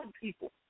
people